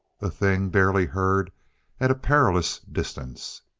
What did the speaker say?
a thing barely heard at a perilous distance.